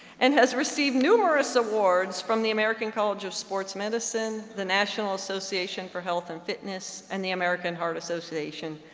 and has received numerous awards from the american colleges of sports medicine, the national association for health and fitness, and the american heart association,